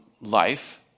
life